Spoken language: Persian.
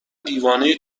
دیوانه